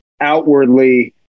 outwardly